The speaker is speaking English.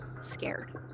scared